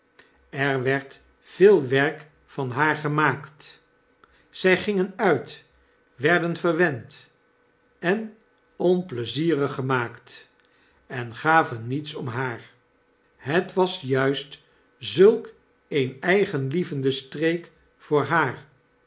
er werd veel werk van haar gemaakt zjj gingen uit werden verwend en onpleizierig gemaakt en gaven niets om haar hetwasjuist zulk een eigenlievende streek voor haar